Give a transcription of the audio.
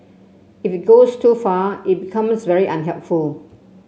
if it goes too far it becomes very unhelpful